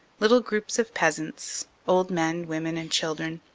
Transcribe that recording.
little groups of peasants, old men, women and children,